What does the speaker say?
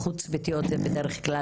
צריך לדון בזה.